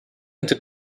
into